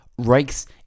Rakes